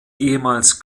ehemals